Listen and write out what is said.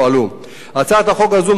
הצעת החוק הזו מוגשת עם